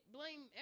Blame